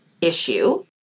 issue